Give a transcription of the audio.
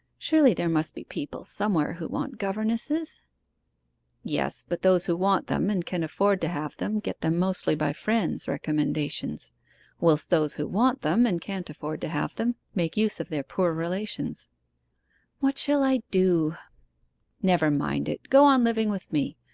surely there must be people somewhere who want governesses yes but those who want them, and can afford to have them, get them mostly by friends' recommendations whilst those who want them, and can't afford to have them, make use of their poor relations what shall i do never mind it. go on living with me.